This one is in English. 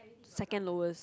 second lowest